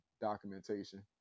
documentation